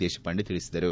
ದೇಶಪಾಂಡೆ ತಿಳಿಸಿದರು